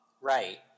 Right